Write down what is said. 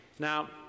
Now